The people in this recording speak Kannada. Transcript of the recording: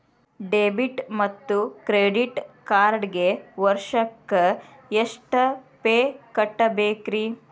ಡೆಬಿಟ್ ಮತ್ತು ಕ್ರೆಡಿಟ್ ಕಾರ್ಡ್ಗೆ ವರ್ಷಕ್ಕ ಎಷ್ಟ ಫೇ ಕಟ್ಟಬೇಕ್ರಿ?